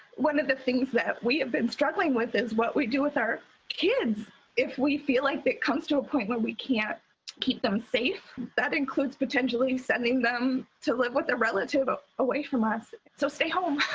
one of the things that we have been struggling with is what we do with our kids if we feel like it comes to a point when we can't keep them safe. that includes potentially sending them to live with a relative ah away from us. so stay home.